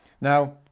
now